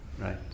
Right